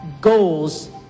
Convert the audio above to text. Goals